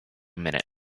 minute